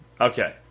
Okay